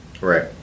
Right